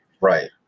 Right